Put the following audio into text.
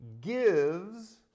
gives